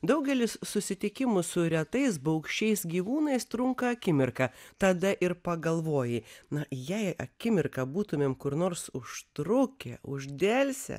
daugelis susitikimų su retais baugščiais gyvūnais trunka akimirką tada ir pagalvoji na jei akimirką būtumėm kur nors užtrukę uždelsę